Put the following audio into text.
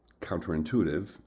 counterintuitive